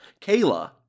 Kayla